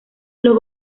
los